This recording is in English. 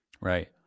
Right